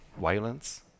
violence